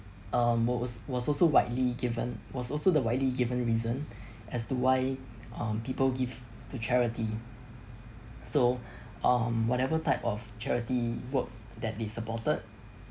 um most was also widely given was also the widely given reason as to why um people give to charity so um whatever type of charity work that they supported